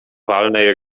walnej